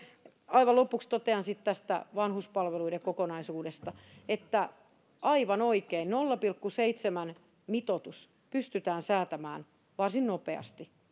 aivan lopuksi totean tästä vanhuspalveluiden kokonaisuudesta että aivan oikein nolla pilkku seitsemän mitoitus pystytään säätämään varsin nopeasti